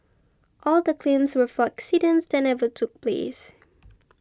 all the claims were for accidents that never took place